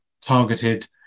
targeted